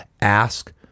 ask